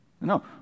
No